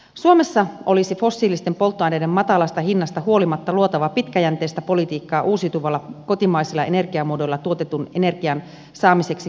suomessa olisi fossiilisten polttoaineiden matalasta hinnasta huolimatta luotava pitkäjänteistä politiikkaa uusiutuvilla kotimaisilla energiamuodoilla tuotetun energian saamiseksi kohtuuhintaiseksi